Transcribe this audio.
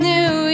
New